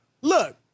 look